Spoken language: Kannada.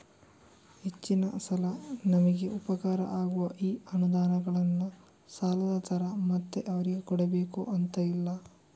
ಹೆಚ್ಚಿನ ಸಲ ನಮಿಗೆ ಉಪಕಾರ ಆಗುವ ಈ ಅನುದಾನಗಳನ್ನ ಸಾಲದ ತರ ಮತ್ತೆ ಅವರಿಗೆ ಕೊಡಬೇಕು ಅಂತ ಇಲ್ಲ